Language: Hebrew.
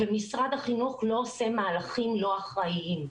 ומשרד החינוך לא עושה מהלכים לא אחראיים.